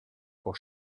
pour